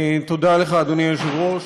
תודה לך, אדוני היושב-ראש.